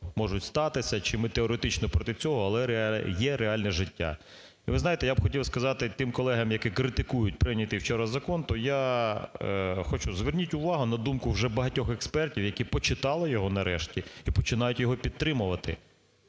можуть статися чи ми теоретично проти цього, але є реальне життя. Ви знаєте, я б хотів сказати тим колегам, які критикують прийнятий вчора закон, то я хочу, зверніть увагу на думку вже багатьох експертів, які почитали його, нарешті, і починають його підтримувати.